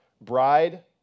Bride